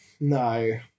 No